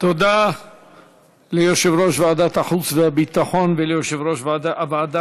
תודה ליושב-ראש ועדת החוץ והביטחון וליושב-ראש הוועדה